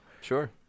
Sure